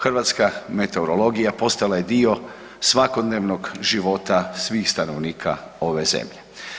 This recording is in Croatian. Hrvatska meteorologija postala je dio svakodnevnog života svih stanovnika ove zemlje.